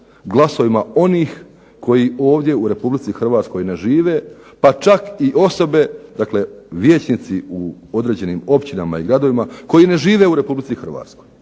glasovima onih koji ovdje u Republici Hrvatskoj ne žive pa čak i osobe, dakle vijećnici u određenim općinama i gradovima koji ne žive u Republici Hrvatskoj,